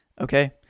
Okay